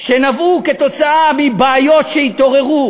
שנבעו מבעיות שהתעוררו: